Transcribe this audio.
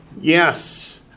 Yes